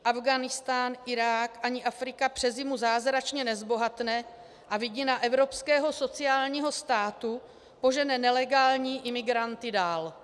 Afghánistán, Irák ani Afrika přes zimu zázračně nezbohatne a vidina evropského sociálního státu požene nelegální imigranty dál.